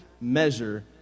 measure